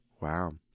Wow